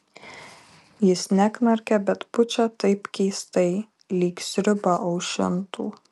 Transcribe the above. jis neknarkia bet pučia taip keistai lyg sriubą aušintų